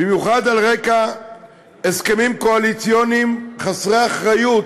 במיוחד על רקע הסכמים קואליציוניים חסרי אחריות,